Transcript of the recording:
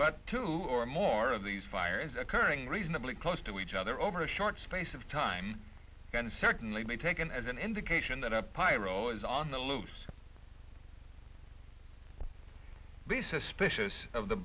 but two or more of these fires occurring reasonably close to each other over a short space of time can certainly be taken as an indication that a pyro is on the loose be suspicious of the